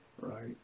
right